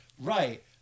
right